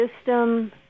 system